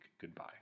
Goodbye